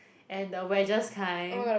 and the wedges kind